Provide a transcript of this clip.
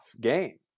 game